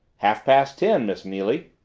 half-past ten, miss neily.